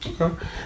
okay